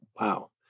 wow